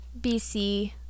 bc